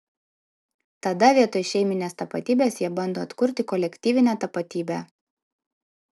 tada vietoj šeiminės tapatybės jie bando atkurti kolektyvinę tapatybę